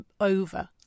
over